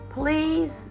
Please